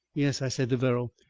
yes, i said to verrall,